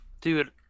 Dude